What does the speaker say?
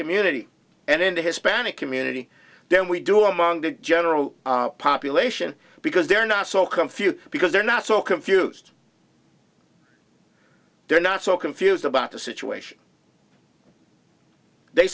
community and in the hispanic community than we do among the general population because they're not so confused because they're not so confused they're not so confused about the situation they